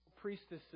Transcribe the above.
priestesses